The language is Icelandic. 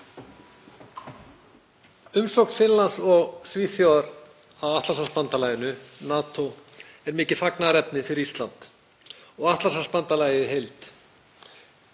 Umsókn Finnlands og Svíþjóðar að Atlantshafsbandalaginu, NATO, er mikið fagnaðarefni fyrir Ísland og Atlantshafsbandalagið í heild